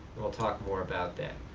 and we'll talk more about that.